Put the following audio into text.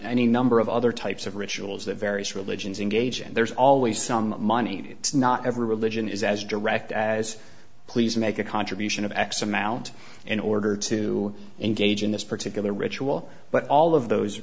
any number of other types of rituals that various religions engage and there's always some money in it it's not every religion is as direct as please make a contribution of x amount in order to engage in this particular ritual but all of those